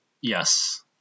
yes